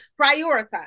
prioritize